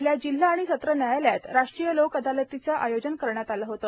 येथील जिल्हा आणि सत्र न्यायालयात राष्ट्रीय लोक अदालतीचे आयोजन करण्यात आले होते